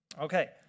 Okay